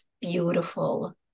beautiful